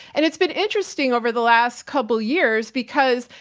and it's been interesting over the last couple years because,